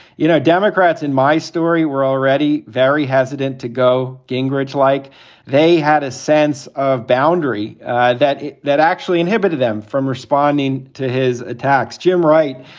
you know, democrats in my story were already very hesitant to go gingrich like they had a sense of boundary that that actually inhibited them from responding to his attacks. jim wright,